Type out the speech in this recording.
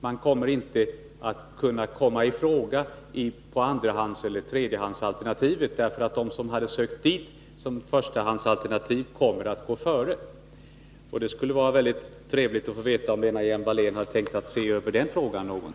Man kommer inte att kunna komma i fråga på andrahandseller tredjehandsalternativet, eftersom de som sökt dit som förstahandsalternativ kommer att gå före. Det skulle vara trevligt att få veta om Lena Hjelm-Wallén tänkt se över den saken.